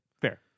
Fair